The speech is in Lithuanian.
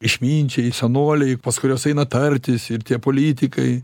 išminčiai senoliai pas kuriuos eina tartis ir tie politikai